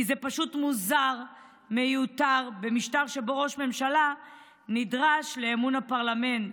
כי זה פשוט מוזר ומיותר במשטר שבו ראש ממשלה נדרש לאמון הפרלמנט.